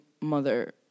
mother